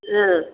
ஆ